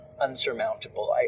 unsurmountable